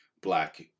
black